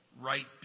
right